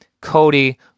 Cody